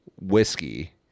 whiskey